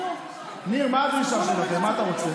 ניר, מה הדרישה שלכם, מה אתה רוצה?